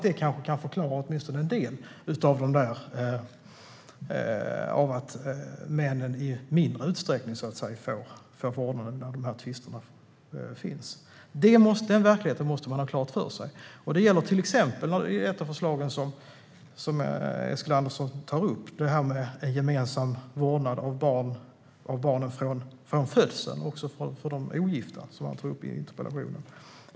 Det kanske åtminstone till en del kan förklara att männen i mindre utsträckning får vårdnaden i sådana här tvister. Den verkligheten måste man ha klart för sig. Ett av förslagen som Mikael Eskilandersson tar upp i interpellationen är gemensam vårdnad av barnen från födseln, också för de ogifta.